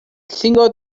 single